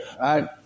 right